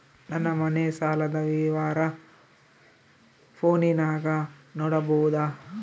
ನನ್ನ ಮನೆ ಸಾಲದ ವಿವರ ಫೋನಿನಾಗ ನೋಡಬೊದ?